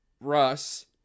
Russ